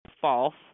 false